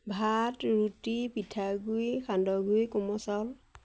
ভাত ৰুটি পিঠাগুড়ি সান্দহ গুড়ি কোমল চাউল